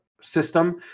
system